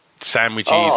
sandwiches